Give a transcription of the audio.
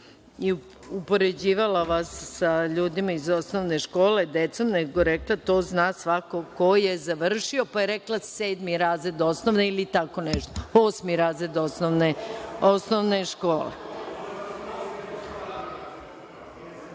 i upoređivala vas sa ljudima iz osnovne škole, decom, nego je rekla „to zna svako ko je završio“ pa je rekla „osmi razred osnovne“ ili tako nešto. Sednicu vodim onako